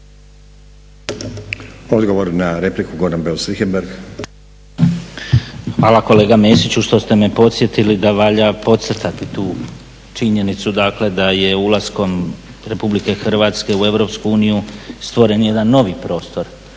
Richembergh, Goran (HNS)** Hvala kolega Mesiću što ste me podsjetili da valja podcrtati tu činjenicu da je ulaskom RH u EU stvoren jedan novi prostor